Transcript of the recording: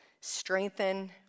Strengthen